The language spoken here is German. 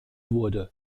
wurde